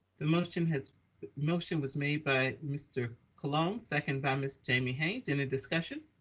the motion hits motion was made but mr. colon, second by miss jamie hayes in a discussion.